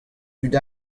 tud